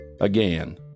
again